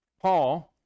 Paul